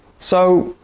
so,